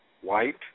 white